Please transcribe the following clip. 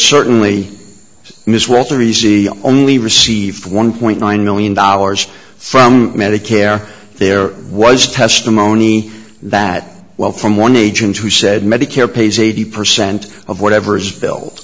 certainly ms worth a reason he only received one point nine million dollars from medicare there was testimony that well from one agent who said medicare pays eighty percent of whatever is bill